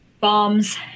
bombs